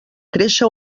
créixer